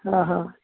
हां हां